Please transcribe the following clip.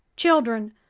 children,